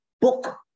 book